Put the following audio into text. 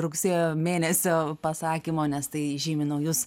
rugsėjo mėnesio pasakymo nes tai žymi naujus